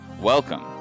Welcome